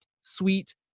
sweet